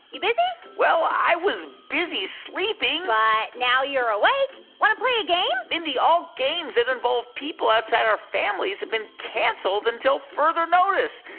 you busy? well, i was busy sleeping but now you're awake. want to play a game? mindy, all games that involve people, outside our families, have been canceled until further notice.